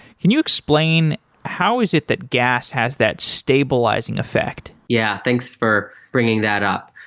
can you explain how is it that gas has that stabilizing effect? yeah. thanks for bringing that up.